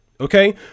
Okay